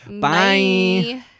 Bye